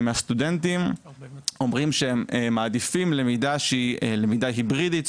מהסטודנטים אומרים שהם מעדיפים למידה שהיא למידה היברידית.